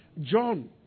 John